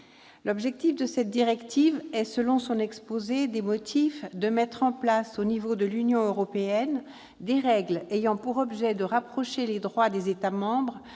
L'objectif de cette directive est, selon son exposé des motifs, de « mettre en place, au niveau de l'Union, des règles pour rapprocher les droits des États membres